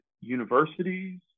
universities